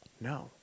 No